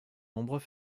nombreux